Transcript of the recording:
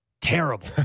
terrible